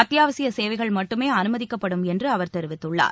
அத்தியாவசிய சேவைகள் மட்டுமே அனுமதிக்கப்படும் என்று அவர் தெரிவித்துள்ளார்